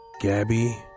Gabby